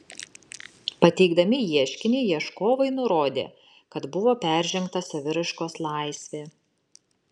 pateikdami ieškinį ieškovai nurodė kad buvo peržengta saviraiškos laisvė